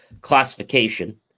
classification